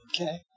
Okay